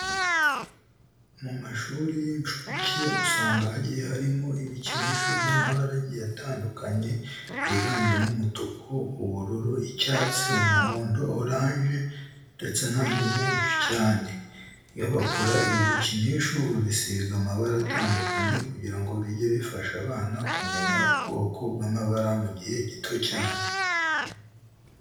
Mu mashuri y'inshuke usanga hagiye harimo ibikinisho by'amabara agiye atandukanye yiganjemo umutuku, ubururu, icyatsi, umuhondo, oranje ndetse n'andi menshi cyane. Iyo bakora ibi bikinisho babisiga amabara atandukanye kugira ngo bijye bifasha abana kumenya ubwoko bw'amabara mu gihe gito cyane.